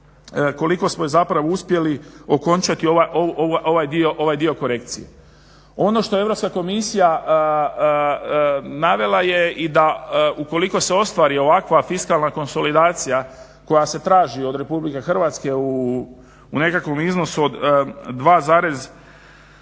koliko smo zapravo uspjeli okončati ovaj dio korekcije. Ono što je Europska komisija navela je da i ukoliko se ostvari ovakva fiskalna konsolidacija koja se traži o Republike Hrvatske u nekakvom iznosu od 2,3%